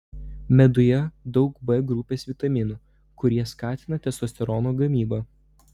meduje daug b grupės vitaminų kurie skatina testosterono gamybą